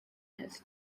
his